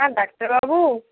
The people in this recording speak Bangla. হ্যাঁ ডাক্তারবাবু